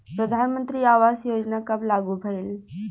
प्रधानमंत्री आवास योजना कब लागू भइल?